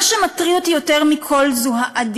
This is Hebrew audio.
מה שמטריד אותי יותר מכול זה האדישות,